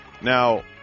Now